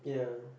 ya